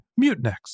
Mutinex